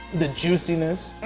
the juiciness.